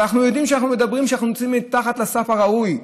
אבל אנחנו יודעים שאנחנו נמצאים מתחת לסף הראוי,